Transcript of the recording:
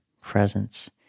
presence